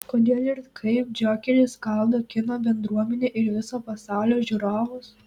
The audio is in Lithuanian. kodėl ir kaip džokeris skaldo kino bendruomenę ir viso pasaulio žiūrovus